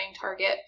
target